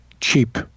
Cheap